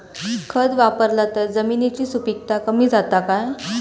खत वापरला तर जमिनीची सुपीकता कमी जाता काय?